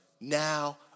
now